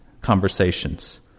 conversations